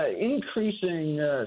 increasing